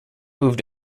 moved